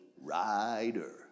rider